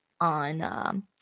on